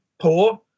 poor